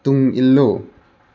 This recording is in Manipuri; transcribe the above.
ꯇꯨꯡ ꯏꯜꯂꯨ